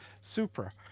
Supra